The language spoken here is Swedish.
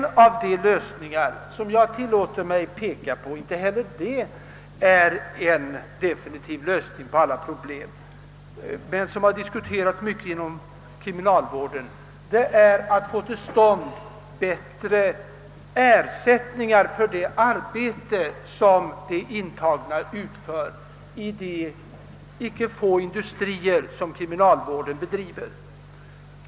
En av de lösningar som man kan peka på inte heller den utgör en definitiv lösning på alla problem, men den har diskuterats mycket inom kriminalvården är att få till stånd bättre ersättning för det arbete som de intagna utför i de icke få industrier som kriminalvården har.